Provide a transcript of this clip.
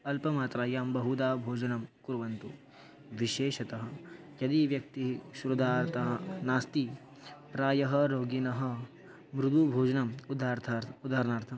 अल्पमात्रायां बहुधा भोजनं कुर्वन्तु विशेषतः यदि व्यक्तिः क्षुद्रता नास्ति प्रायः रोगिनः मृदुभोजनम् उदाहरणं उदाहरणार्थं